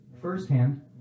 firsthand